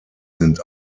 sind